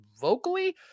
vocally